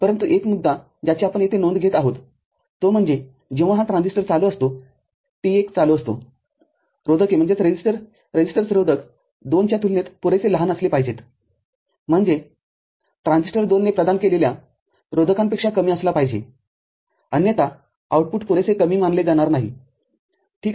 परंतु एक मुद्दा ज्याची आपण येथे नोंद घेत आहोत तो म्हणजे जेव्हा हा ट्रान्झिस्टर चालू असतो T१ चालू असतोरोधके रोधक २ च्या तुलनेत पुरेसे लहान असले पाहिजेत म्हणजे ट्रान्झिस्टर२ ने प्रदान केलेल्या रोधकांपेक्षा कमी असला पाहिजे अन्यथा आउटपुट पुरेसे कमी मानले जाणार नाही ठीक आहे